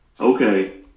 Okay